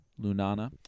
Lunana